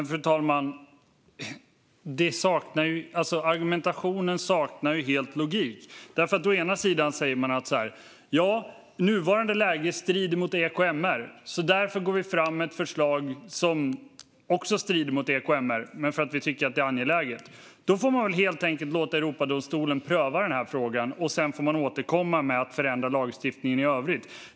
Fru talman! Argumentationen saknar helt logik. Å ena sidan säger man: Nuvarande läge strider mot EKMR. Därför går vi fram med ett förslag som också strider mot EKMR för att vi tycker att det är angeläget. Man får väl helt enkelt låta Europadomstolen pröva frågan och sedan återkomma med att ändra lagstiftningen i övrigt.